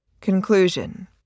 Conclusion